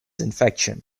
infection